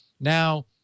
Now